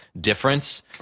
difference